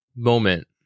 moment